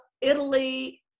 Italy